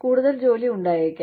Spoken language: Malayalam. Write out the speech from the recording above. കൂടുതൽ ജോലി ഉണ്ടായേക്കാം